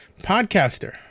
podcaster